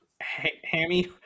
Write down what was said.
Hammy